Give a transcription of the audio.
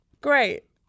Great